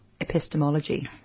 epistemology